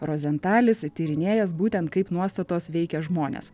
rozentalis tyrinėjęs būtent kaip nuostatos veikia žmones